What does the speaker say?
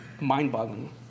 mind-boggling